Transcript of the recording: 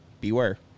beware